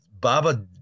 Baba